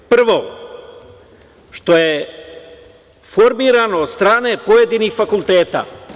Prvo, što je formirano od strane pojedinih fakulteta.